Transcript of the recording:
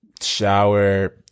shower